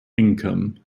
income